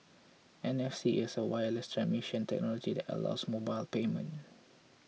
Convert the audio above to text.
N F C is a wireless transmission technology that allows mobile payment